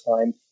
time